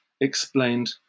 explained